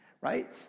right